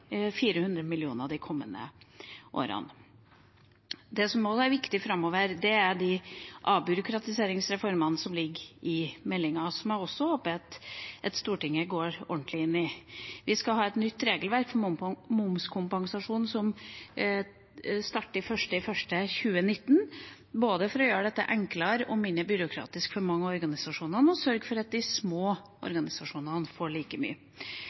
400 mill. kr de kommende årene. Det som også er viktig framover, er de avbyråkratiseringsreformene som ligger i meldinga, og som jeg håper at Stortinget går ordentlig inn i. Vi skal ha et nytt regelverk om momskompensasjon, som gjelder fra 1. januar 2019, både for å gjøre dette enklere og mindre byråkratisk for mange av organisasjonene, og for å sørge for at de små organisasjonene får like mye.